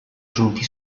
giunti